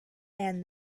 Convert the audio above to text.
and